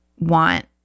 want